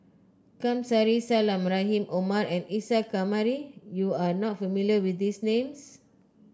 Kamsari Salam Rahim Omar and Isa Kamari You are not familiar with these names